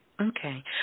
Okay